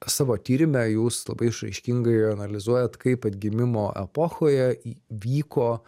savo tyrime jūs labai išraiškingai analizuojat kaip atgimimo epochoje į vyko